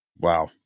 Wow